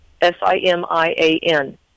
S-I-M-I-A-N